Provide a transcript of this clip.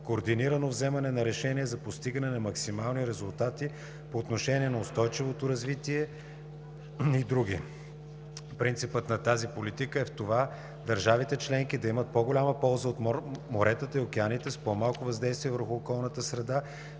координирано вземане на решения за постигане на максимални резултати по отношение на устойчивото развитие и други. Принципът на тази политика е в това държавите членки да имат по голяма полза от моретата и океаните с по-малко въздействие върху околната среда